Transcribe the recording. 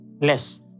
less